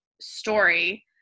story